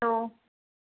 hello